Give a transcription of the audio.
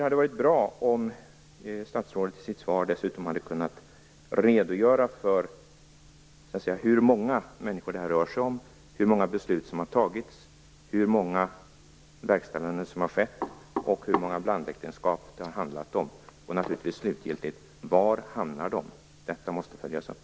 Det hade varit bra om statsrådet i sitt svar dessutom hade kunnat redogöra för hur många människor detta rör sig om, hur många beslut som har fattats, hur många verkställanden som har skett, och hur många blandäktenskap som det har handlat om, och naturligtvis var de hamnar. Detta måste följas upp.